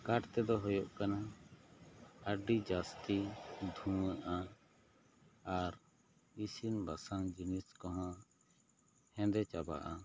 ᱠᱟᱴ ᱛᱮᱫᱚ ᱦᱩᱭᱩᱜ ᱠᱟᱱᱟ ᱟᱹᱰᱤ ᱡᱟᱹᱥᱛᱤ ᱫᱷᱩᱸᱭᱟᱹᱜᱼᱟ ᱟᱨ ᱤᱥᱤᱱ ᱵᱟᱥᱟᱝ ᱡᱤᱱᱤᱥ ᱠᱚᱦᱚᱸ ᱦᱮᱸᱫᱮ ᱪᱟᱵᱟᱜᱼᱟ